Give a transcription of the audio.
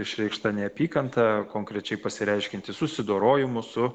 išreikšta neapykanta konkrečiai pasireiškianti susidorojimu su